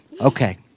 Okay